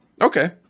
okay